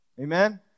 Amen